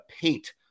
paint